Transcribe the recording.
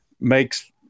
Makes